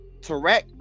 Tarek